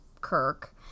Kirk